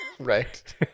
Right